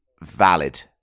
valid